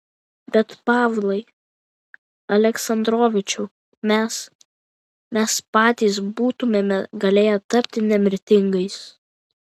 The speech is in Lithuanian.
bet pavlai aleksandrovičiau mes mes patys būtumėme galėję tapti nemirtingais